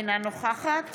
אינה נוכחת